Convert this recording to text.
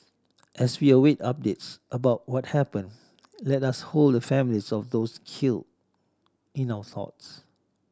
as we await updates about what happened let us hold the families of those killed in our thoughts